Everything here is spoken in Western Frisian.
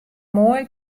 moai